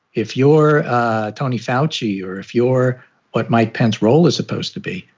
if your tony foushee or if your what mike pence roll is supposed to be,